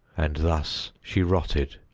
and thus she rotted,